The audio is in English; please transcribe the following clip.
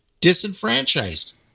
disenfranchised